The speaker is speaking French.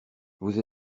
vous